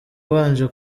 ubanje